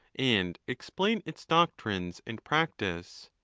and explain its doctrines and practice.